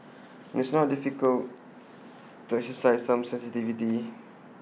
it's not difficult to exercise some sensitivity